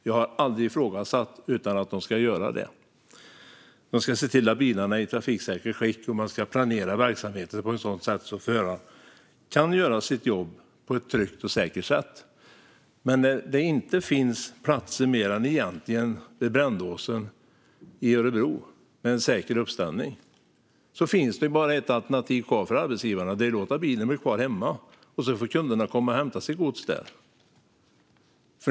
Jag har aldrig ifrågasatt att de ska göra det. De ska se till att bilarna är i trafiksäkert skick och planera verksamheten på ett sådant sätt att förarna kan göra sitt jobb på ett tryggt att säkert sätt. Men när det inte finns platser, mer än egentligen vid Brändåsen i Örebro, med en säker uppställning finns det bara ett alternativ kvar för arbetsgivarna, och det är att låta bilen bli kvar hemma och låta kunderna komma och hämta sitt gods där.